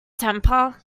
temper